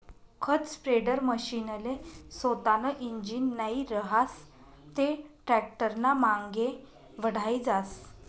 खत स्प्रेडरमशीनले सोतानं इंजीन नै रहास ते टॅक्टरनामांगे वढाई जास